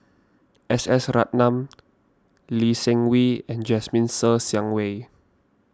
S S Ratnam Lee Seng Wee and Jasmine Ser Xiang Wei